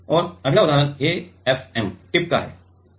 और अगला उदाहरण AFM टिप का है